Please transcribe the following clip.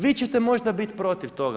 Vi ćete možda biti protiv toga.